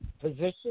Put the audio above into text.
position